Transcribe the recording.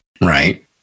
right